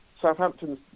Southampton